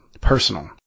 personal